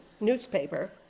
newspaper